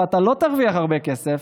ואתה לא תרוויח הרבה כסף